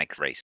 race